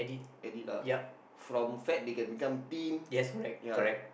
edit lah from fat they can become thin ya